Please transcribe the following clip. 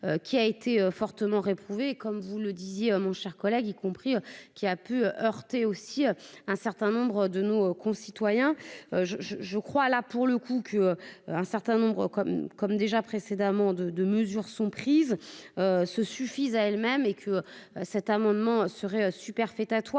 qui a été fortement réprouvé, comme vous le disiez oh mon cher collègue, y compris qui a pu heurter aussi un certain nombre de nous. Concitoyens je, je, je crois, là pour le coup, qu'un certain nombre comme comme déjà précédemment de de mesures sont prises se suffisent à elles-mêmes et que cet amendement serait superfétatoire